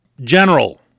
general